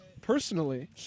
personally